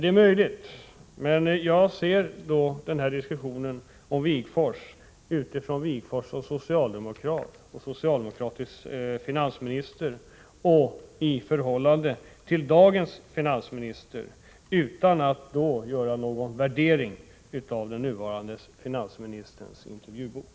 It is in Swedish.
Det är möjligt, men den här diskussionen gäller Wigforss som socialdemokrat och socialdemokratisk finansminister, och i förhållande till dagens finansminister — och detta säger jag utan att göra någon värdering av den nuvarande finansministerns intervjubok.